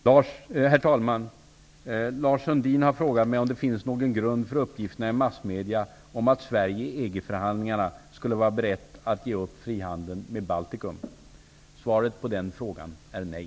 Herr talman! Lars Sundin har frågat mig om det finns någon grund för uppgifterna i massmedierna om att Sverige i EG-förhandlingarna skulle vara berett att ge upp frihandeln med Baltikum. Svaret på frågan är nej.